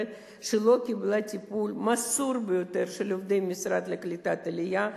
שלא קיבלה טיפול מסור ביותר של עובדי המשרד לקליטת עלייה,